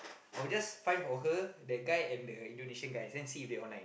I will just find for her the guy and the Indonesian guy then see if they online